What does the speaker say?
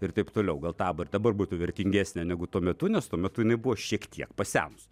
ir taip toliau gal ta abba ir dabar būtų vertingesnė negu tuo metu nes tuo metu jinai buvo šiek tiek pasenusi